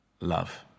love